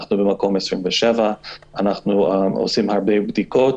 במקום 27. אנחנו עושים הרבה בדיקות,